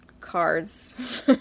cards